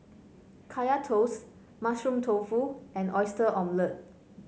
Kaya Toast Mushroom Tofu and Oyster Omelette